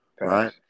right